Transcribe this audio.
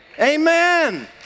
Amen